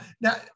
Now